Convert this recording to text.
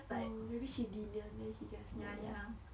orh maybe she lenient then she just do that lor